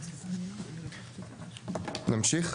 נמשיך?